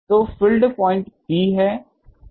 तो field point P है